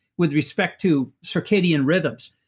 with respect to circadian rhythms.